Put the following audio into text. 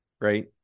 right